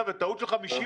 חבר'ה, טעות של 50%: